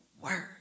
word